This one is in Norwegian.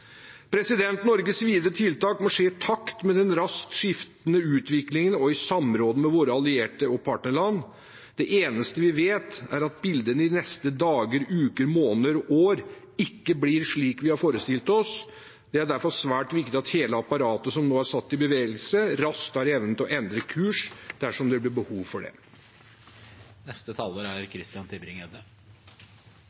Norges videre tiltak må skje i takt med den raskt skiftende utviklingen og i samråd med våre allierte og partnerland. Det eneste vi vet, er at bildet de neste dager, uker, måneder og år ikke blir slik vi har forestilt oss. Det er derfor svært viktig at hele apparatet som nå er satt i bevegelse, raskt har evnen til å endre kurs dersom det blir behov for det. Disse forslagene er